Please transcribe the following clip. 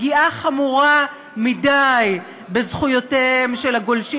פגיעה חמורה מדי בזכויותיהם של הגולשים